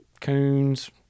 coons